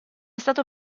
stato